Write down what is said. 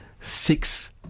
six